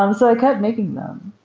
um so i kept making them.